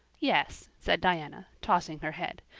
yes, said diana, tossing her head,